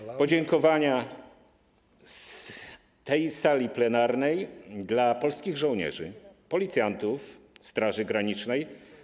Składam podziękowania z tej sali plenarnej dla polskich żołnierzy, policjantów, Straży Granicznej.